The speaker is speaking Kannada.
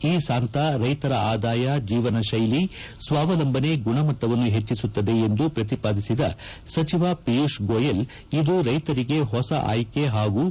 ಇ ಸಾಂತಾ ರೈತರ ಆದಾಯ ಜೀವನಶೈಲಿ ಸ್ವಾವಲಂಬನೆ ಗುಣಮಟ್ಟವನ್ನು ಹೆಚ್ಚಿಸುತ್ತದೆ ಎಂದು ಪ್ರತಿಪಾದಿಸಿದ ಸಚಿವ ಪಿಯೂಷ್ ಗೋಯಲ್ ಇದು ರೈತರಿಗೆ ಹೊಸ ಆಯ್ಕೆ ಹಾಗೂ ವೇದಿಕೆಯಾಗಲಿದೆ ಎಂದರು